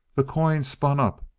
the coin spun up,